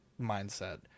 mindset